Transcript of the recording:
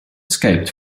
escaped